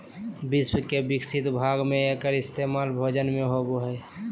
विश्व के विकसित भाग में एकर इस्तेमाल भोजन में होबो हइ